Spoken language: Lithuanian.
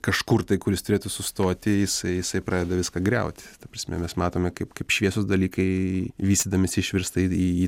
kažkur tai kur jis turėtų sustoti jisai jisai pradeda viską griaut ta prasme mes matome kaip kaip šviesūs dalykai vystydamiesi išvirsta į į